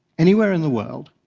anywhere in the world,